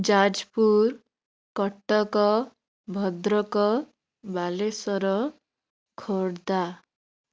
Jajpur Cuttack Bhadrak Balasore Khordha